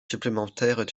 supplémentaires